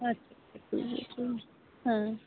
ᱟᱡ ᱚᱱᱟ ᱠᱚ ᱦᱮᱸ